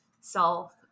self